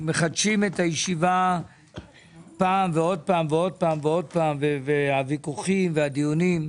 מחדשים את הישיבה פעם ועוד פעם ועוד פעם והוויכוחים והדיונים.